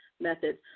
methods